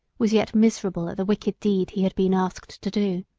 was yet miserable at the wicked deed he had been asked to do.